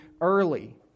early